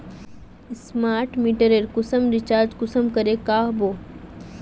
Smart मीटरेर कुंसम recharge कुंसम करे का बो?